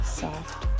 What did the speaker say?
soft